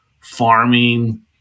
farming